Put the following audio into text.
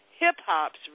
hip-hop's